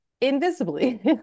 invisibly